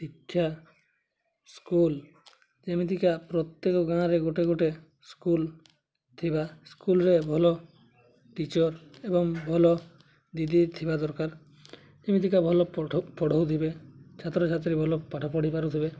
ଶିକ୍ଷା ସ୍କୁଲ୍ ଯେମିତିକା ପ୍ରତ୍ୟେକ ଗାଁରେ ଗୋଟେ ଗୋଟେ ସ୍କୁଲ୍ ଥିବା ସ୍କୁଲ୍ରେ ଭଲ ଟିଚର୍ ଏବଂ ଭଲ ଦିଦି ଥିବା ଦରକାର ଏମିତିକା ଭଲ ପଢ଼ାଉଥିବେ ଛାତ୍ରଛାତ୍ରୀ ଭଲ ପାଠ ପଢ଼ି ପାରୁଥିବେ